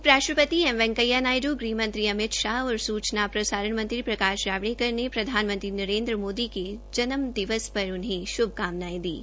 उपराष्ट्रपति एम वैकेंया नायडू गृहमंत्री अमित शाह और सूचना प्रसारण मंत्री प्रकाश जावड़ेकर ने प्रधानमंत्री नरेन्द्र मोदी के जन्म दिवस पर उन्हें श्भकामनायें दी है